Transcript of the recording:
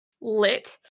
lit